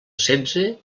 setze